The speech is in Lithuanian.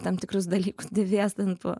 tam tikrus dalykus devės ten po